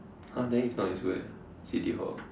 !huh! then if not it's where city hall